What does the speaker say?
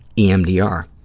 emdr.